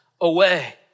away